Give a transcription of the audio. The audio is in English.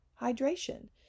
hydration